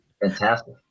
Fantastic